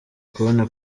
kubona